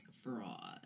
fraud